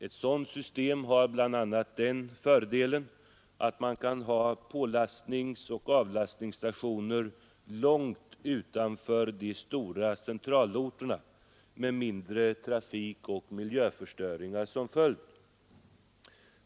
Ett sådant system har den fördelen att man kan ha pålastningsoch avlastningsstationer långt utanför de stora centralorterna, med mindre trafikoch miljöstörningar som följd.